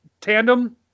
tandem